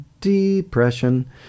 depression